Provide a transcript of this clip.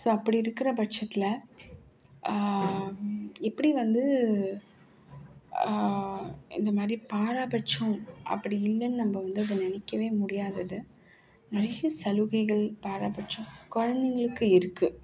so அப்படி இருக்கிற பட்சத்தில் எப்படி வந்து இந்தமாதிரி பாராபட்சம் அப்படி இல்லைன்னு நம்ம வந்து அதை நினைக்கவே முடியாது நிறைய சலுகைகள் பாரபட்சம் குழந்தைங்களுக்கு இருக்குது